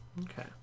Okay